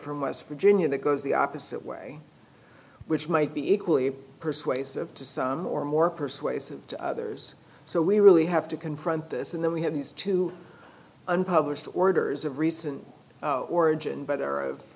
from west virginia that goes the opposite way which might be equally persuasive to some or more persuasive to others so we really have to confront this and then we have these two unpublished orders of recent origin but are of